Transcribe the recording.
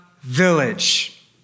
village